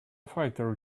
fighter